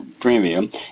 premium